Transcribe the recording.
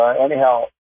Anyhow